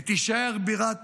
היא תישאר בירת